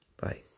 Bye